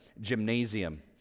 gymnasium